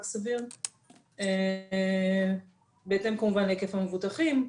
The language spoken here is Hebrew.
סביר ובהתאם כמובן להיקף המבוטחים.